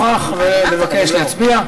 הכנסת, האם יש מישהו נוכח שמבקש להצביע?